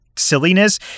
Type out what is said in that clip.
Silliness